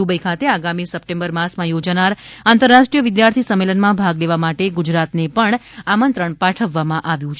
Dubai ખાતે આગામી September માસમાં યોજાનાર આંતરરાષ્ટ્રીય વિધાર્થી સંમેલનમાં ભાગ લેવા માટે ગુજરાતને પણ આમંત્રણ પાઠવવામાં આવ્યું છે